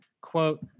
quote